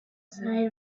side